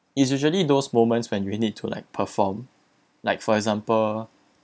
it's usually those moments when you need to like perform like for example